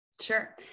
Sure